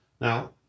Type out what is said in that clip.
Now